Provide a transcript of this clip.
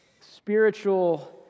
spiritual